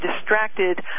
distracted